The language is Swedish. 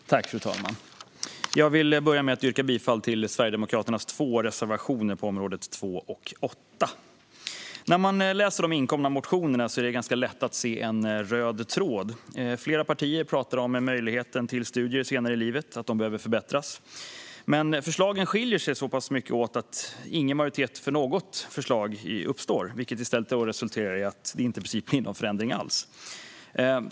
Fru talman! Jag vill börja med att yrka bifall till Sverigedemokraternas två reservationer på området, reservationerna 2 och 8. När man läser de inkomna motionerna är det ganska lätt att se en röd tråd. Flera partier talar om att möjligheten till studier senare i livet behöver förbättras. Men förslagen skiljer sig åt så pass mycket att ingen majoritet för något förslag uppstår, vilket resulterar i att det i princip inte blir någon förändring alls.